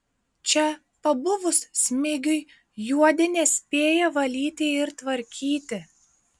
čia pabuvus smigiui juodė nespėja valyti ir tvarkyti